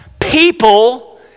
People